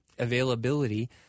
Availability